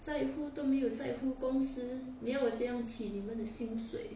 在乎都没有在乎公司你要我怎样起你们的薪水